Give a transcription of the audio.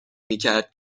میکرد